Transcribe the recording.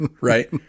right